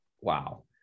wow